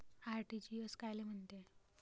RTGS कायले म्हनते?